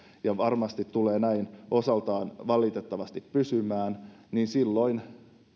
ja varmasti tulee sellaisena osaltaan valitettavasti pysymään niin silloin